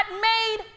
made